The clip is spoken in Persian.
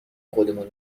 خودمون